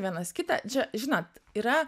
vienas kitą čia žinot yra